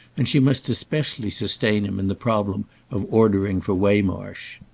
and she must especially sustain him in the problem of ordering for waymarsh.